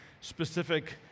specific